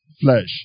flesh